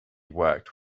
worked